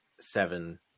seven